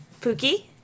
Pookie